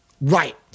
right